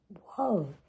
whoa